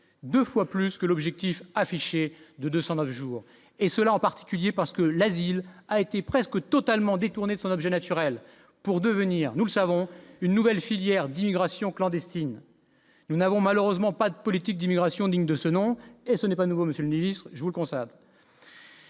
2 fois plus que l'objectif affiché de 202 jours et cela, en particulier parce que l'asile a été presque totalement détourné de son objet naturel pour devenir, nous le savons, une nouvelle filière d'immigration clandestine, nous n'avons malheureusement pas de politique d'immigration digne de ce nom et ce n'est pas nouveau monsieur, ministre, je vous le conseil.